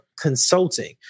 consulting